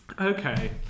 Okay